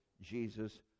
Jesus